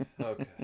Okay